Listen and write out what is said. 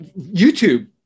YouTube